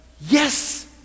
yes